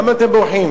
למה אתם בורחים,